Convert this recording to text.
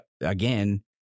again